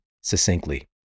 succinctly